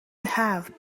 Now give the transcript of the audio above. have